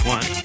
One